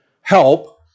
help